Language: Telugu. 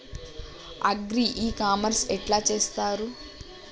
అగ్రి ఇ కామర్స్ ఎట్ల చేస్తరు?